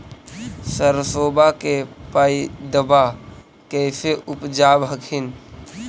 सरसोबा के पायदबा कैसे उपजाब हखिन?